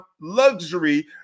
luxury